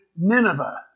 Nineveh